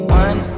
one